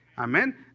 Amen